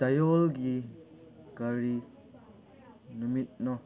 ꯆꯌꯣꯜꯒꯤ ꯀꯔꯤ ꯅꯨꯃꯤꯠꯅꯣ